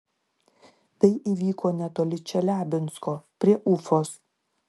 tai įvyko netoli čeliabinsko prie ufos